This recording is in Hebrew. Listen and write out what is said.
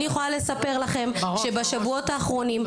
אני יכולה לספר לכם שבשבועות האחרונים,